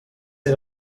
era